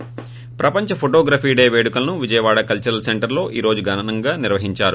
ప్రపంచ photography day పేడుకలను Vijayawada cultural సెంటర్లో ఈ రోజు ఘనంగా నిర్వహించారు